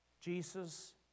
Jesus